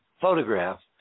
photograph